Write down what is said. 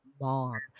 mom